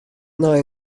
nei